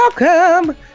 welcome